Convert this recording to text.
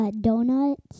Donuts